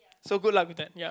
so good luck with that ya